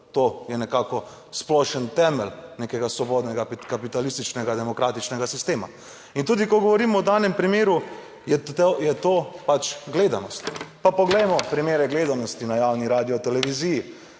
To je nekako splošen temelj nekega svobodnega kapitalističnega demokratičnega sistema in tudi, ko govorimo o danem primeru je to pač gledanost. Pa poglejmo primere gledanosti na javni Radioteleviziji.